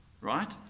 Right